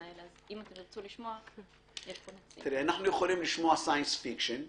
האם על-פי חוק חופש המידע אנחנו יכולים לקבל את הפרטים של אותו לקוח.